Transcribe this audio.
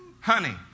honey